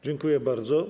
Dziękuję bardzo.